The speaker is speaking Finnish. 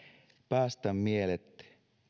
päästä mielet